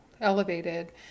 elevated